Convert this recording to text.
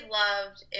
loved